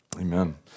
Amen